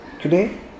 Today